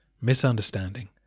misunderstanding